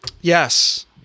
yes